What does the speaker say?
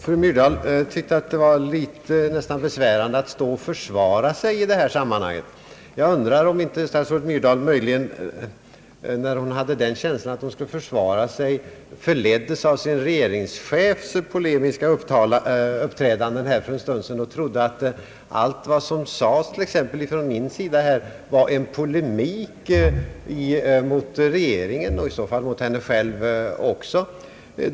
Fru Myrdal tyckte att det var nästan besvärande att »stå och försvara sig» här. Jag undrar om inte statsrådet Myrdal när hon hade den känslan förleddes av sin regeringschefs polemiska uppträdande här för en stund sedan och trodde, att allt som sades exempelvis från min sida var en polemik mot regeringen och i så fall också mot henne själv.